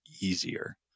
easier